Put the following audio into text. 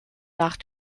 nach